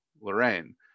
Lorraine